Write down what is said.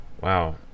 wow